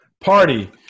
Party